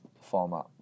format